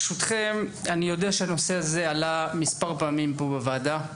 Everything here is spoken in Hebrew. אני יודע שהנושא הזה עלה מספר פעמים פה בוועדה.